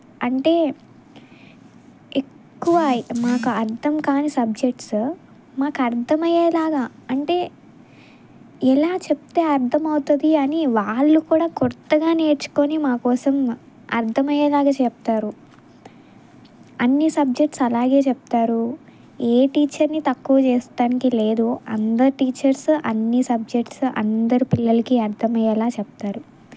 అంటే ఎక్కువ మాకు అర్థం కాని సబ్జెక్ట్స్ మాకు అర్థమయ్యేలాగా అంటే ఎలా చెప్తే అర్థమవుతుంది అని వాళ్ళు కూడా కొత్తగా నేర్చుకొని మాకోసం అర్థమయ్యేలాగా చెప్తారు అన్ని సబ్జెక్ట్స్ అలాగే చెప్తారు ఏ టీచర్ని తక్కువ చేస్తానికి లేదు అందరూ టీచర్స్ అన్ని సబ్జెక్ట్స్ అందరూ పిల్లలకి అర్థం అయ్యేలా చెప్తారు